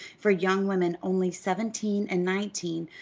for young women only seventeen and nineteen,